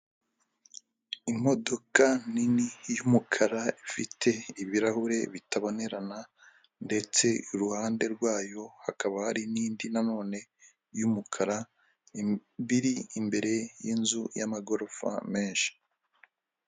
Imodoka nini y'umukara, ifite ibirahure bitabonerana, ndetse iruhande rwayo hakaba hari n'indi na none y'umukara, biri imbere y'inzu y'amagorofa menshi.